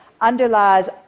underlies